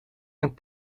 een